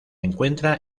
encuentra